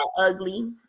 ugly